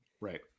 right